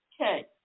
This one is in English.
Okay